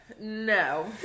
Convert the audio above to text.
No